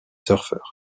surfeurs